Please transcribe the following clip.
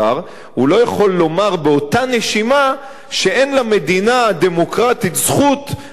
הוא לא יכול לומר באותה נשימה שאין למדינה הדמוקרטית זכות באמצעות